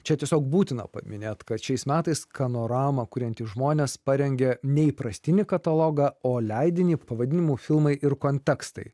čia tiesiog būtina paminėti kad šiais metais skanoramą kuriantys žmonės parengė neįprastinį katalogą o leidinį pavadinimu filmai ir kontekstai